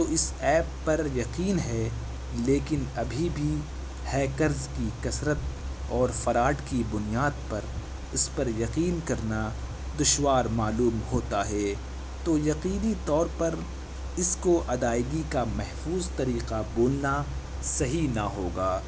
تو اس ایپ پر یقین ہے لیکن ابھی بھی ہیکرس کی کثرت اور فراڈ کی بنیاد پر اس پر یقین کرنا دشوار معلوم ہوتا ہے تو یقینی طور پر اس کو ادائیگی کا محفوظ طریقہ بولنا صحیح نہ ہوگا